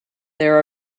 there